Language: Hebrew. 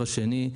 דבר שני,